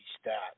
stat